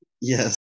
Yes